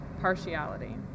partiality